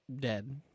dead